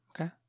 Okay